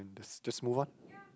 just move on